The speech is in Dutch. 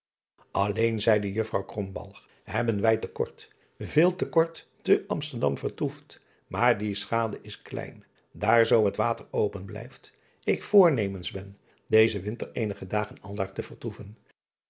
lleen zeide uffrouw hebben wij te kort veel te kort te msterdam vertoefd maar die schade is klein daar zoo het water open blijft ik voornemens ben dezen winter eenige dagen aldaar te vertoeven